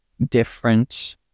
different